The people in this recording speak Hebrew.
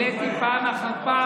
העליתי פעם אחר פעם.